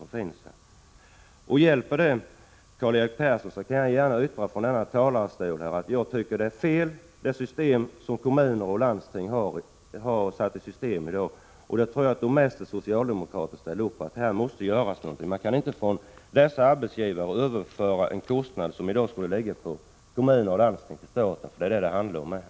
Om det hjälper, Karl-Erik Persson, kan jag gärna yttra från denna talarstol att jag tycker att det är fel metod som kommuner och landsting har satt i system i dag. Jag tror att de flesta socialdemokrater ställer upp på att här måste göras någonting. Man kan inte från dessa arbetsgivare överföra en kostnad, som i dag skulle ligga på kommuner och landsting, till staten. Det är nämligen vad det handlar om här.